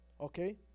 Okay